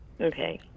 Okay